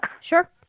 Sure